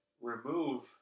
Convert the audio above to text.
remove